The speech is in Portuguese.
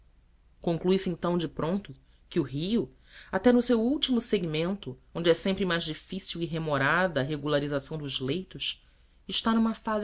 conclui se então de pronto que o rio até no seu último segmento onde é sempre mais difícil e remorada a regularização dos leitos está numa fase